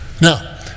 Now